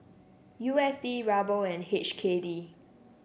U S D Ruble and H K D